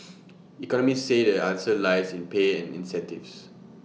economists say the answer lies in pay and incentives